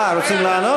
אה, רוצים לענות?